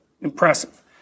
impressive